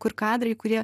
kur kadrai kurie